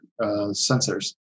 sensors